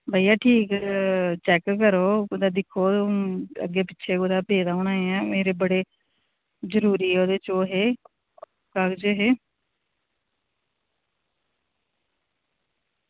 भइया ठीक चैक करो कुदै दिक्खो अग्गें पिच्छें कुदै पेदा होना ऐ मेरे बड़े जरूरी ओह्दे च ओह् हे कागज़ हे